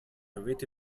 avete